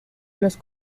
los